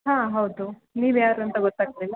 ಹಾಂ ಹೌದು ನೀವು ಯಾರು ಅಂತ ಗೊತ್ತಾಗಲಿಲ್ಲ